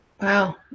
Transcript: Wow